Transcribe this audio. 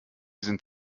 sind